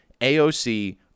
AOC